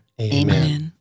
Amen